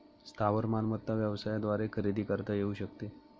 स्थावर मालमत्ता व्यवसायाद्वारे खरेदी करता येऊ शकते